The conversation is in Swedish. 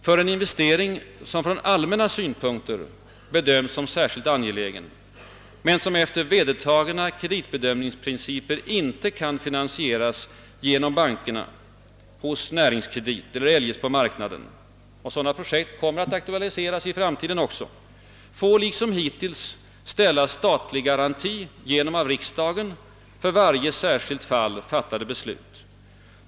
För en investering som från allmänna synpunkter bedöms som särskilt angelägen men som efter vedertagna kreditbedömningsprinciper inte kan finansieras genom bankerna, hos Näringskredit eller eljest på marknaden — och sådana projekt kommer att aktualiseras även i framtiden — får liksom hittills ställas statlig garanti genom av riksdagen för varje särskilt fall fattade beslut.